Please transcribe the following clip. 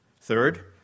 Third